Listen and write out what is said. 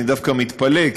אני דווקא מתפלא,